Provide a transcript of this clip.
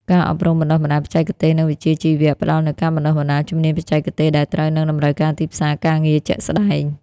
ការអប់រំបណ្ដុះបណ្ដាលបច្ចេកទេស និងវិជ្ជាជីវៈ ផ្ដល់នូវការបណ្ដុះបណ្ដាលជំនាញបច្ចេកទេសដែលត្រូវនឹងតម្រូវការទីផ្សារការងារជាក់ស្ដែង។